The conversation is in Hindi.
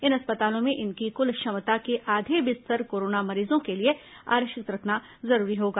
इन अस्पतालों में इनकी क्ल क्षमता के आधे बिस्तर कोरोना मरीजों के लिए आरक्षित रखना जरूरी होगा